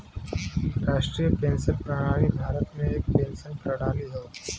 राष्ट्रीय पेंशन प्रणाली भारत में एक पेंशन प्रणाली हौ